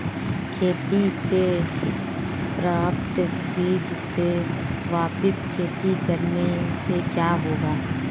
खेती से प्राप्त बीज से वापिस खेती करने से क्या होगा?